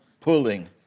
pulling